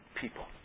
people